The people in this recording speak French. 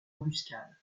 embuscade